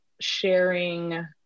sharing